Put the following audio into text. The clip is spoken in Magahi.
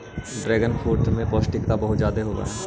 ड्रैगनफ्रूट में पौष्टिकता बहुत ज्यादा होवऽ हइ